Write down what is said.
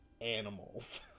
animals